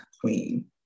queen